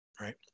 right